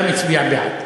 גם הצביע בעד.